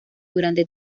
durante